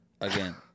Again